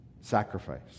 sacrifice